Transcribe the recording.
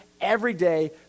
everyday